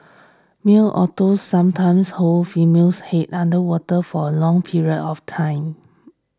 male otters sometimes hold female's head under water for a long period of time